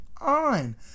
on